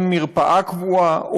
אין מרפאה קבועה,